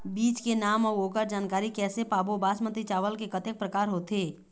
बीज के नाम अऊ ओकर जानकारी कैसे पाबो बासमती चावल के कतेक प्रकार होथे?